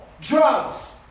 drugs